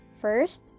First